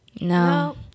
No